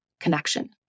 connection